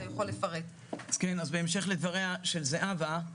בהמשך לדבריה של זהבה,